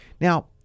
Now